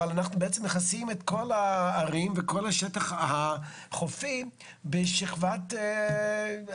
אבל אנחנו בעצם מכסים את כל הערים וכל השטח החופי בשכבת אספלט,